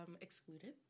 excluded